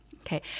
Okay